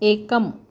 एकम्